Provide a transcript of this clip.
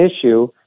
issue